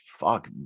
fuck